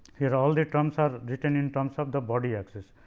here all the terms are written in terms of the body axis.